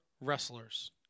wrestlers